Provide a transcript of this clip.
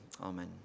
Amen